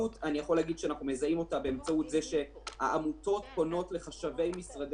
נסגר האוהל שפעל עם פיקוד העורף ועם משרד